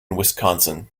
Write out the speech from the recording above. wisconsin